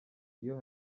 iyo